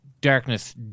darkness